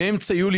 מאמצע יולי,